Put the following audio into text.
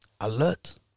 alert